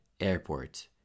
airport